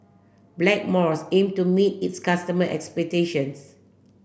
Blackmore aim to meet its customer expectation